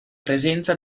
presenza